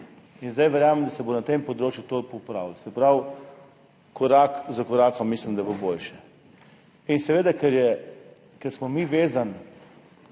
in zdaj verjamem, da se bo na tem področju to popravilo, se pravi, korak za korakom mislim, da bo boljše. In seveda, ker smo mi z